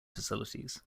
facilities